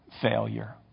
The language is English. failure